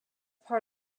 part